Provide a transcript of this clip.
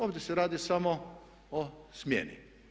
Ovdje se radi samo o smjeni.